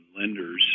lenders